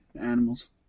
animals